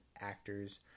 actors